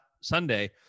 sunday